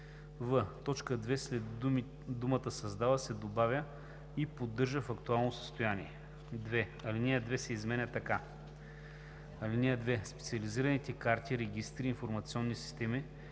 в т. 2 след думата „създават“ се добавя „и поддържат в актуално състояние“. 2. Алинея 2 се изменя така: „(2) Специализираните карти, регистри и информационни системи